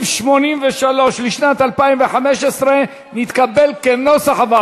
ההסתייגויות לא נתקבלו.